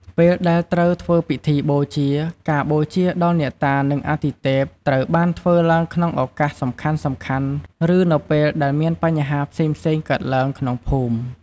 ពេលដែលត្រូវធ្វើពិធីបូជា ការបូជាដល់អ្នកតា និងអាទិទេព ត្រូវបានធ្វើឡើងក្នុងឱកាសសំខាន់ៗ ឬនៅពេលដែលមានបញ្ហាផ្សេងៗកើតឡើងក្នុងភូមិ។